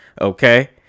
Okay